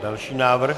Další návrh.